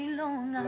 long